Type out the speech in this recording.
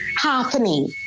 happening